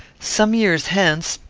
some years hence,